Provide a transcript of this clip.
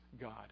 God